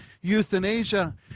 euthanasia